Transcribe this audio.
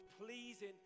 pleasing